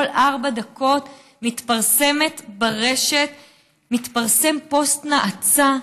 כל ארבע דקות מתפרסם ברשת פוסט נאצה,